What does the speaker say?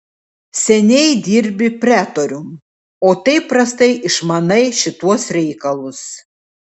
seniai dirbi pretorium o taip prastai išmanai šituos reikalus